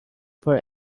for